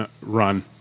run